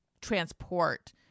transport